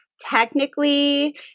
Technically